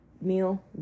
meal